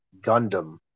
Gundam